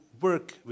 work